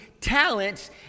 talents